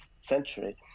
century